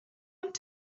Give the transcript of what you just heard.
und